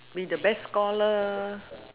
be the best scholar uh